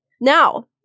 Now